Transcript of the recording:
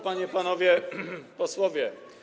Panie i Panowie Posłowie!